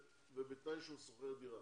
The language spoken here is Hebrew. ובתנאי שהוא שוכר דירה,